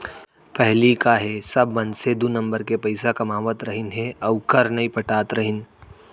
पहिली का हे सब मनसे दू नंबर के पइसा कमावत रहिन हे अउ कर नइ पटात रहिन